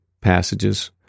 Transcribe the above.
passages